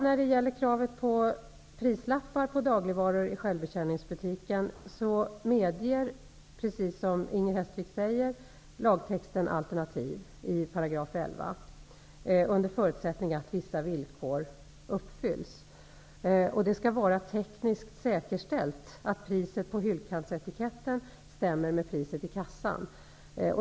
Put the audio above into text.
När det gäller kravet på prislappar på dagligvaror i självbetjäningsbutiken medger, precis som Inger Hestvik säger, lagen enligt 11 § alternativ, under förutsättning att vissa villkor uppfylls. Det skall vara tekniskt säkerställt att priset på hyllkantsetiketten överensstämmer med priset i kassan.